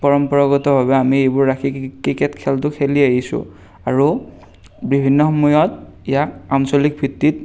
পৰম্পৰাগতভাৱে আমি এইবোৰ ৰাখি ক্ৰিকেট খেলটো খেলি আহিছোঁ আৰু বিভিন্ন সময়ত ইয়াক আঞ্চলিক ভিত্তিত